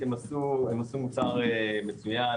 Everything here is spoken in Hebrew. הם עשו מוצר מצוין,